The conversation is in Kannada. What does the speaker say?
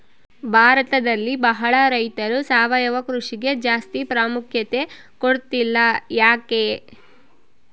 ಭಾರತದಲ್ಲಿ ಬಹಳ ರೈತರು ಸಾವಯವ ಕೃಷಿಗೆ ಜಾಸ್ತಿ ಪ್ರಾಮುಖ್ಯತೆ ಕೊಡ್ತಿಲ್ಲ ಯಾಕೆ?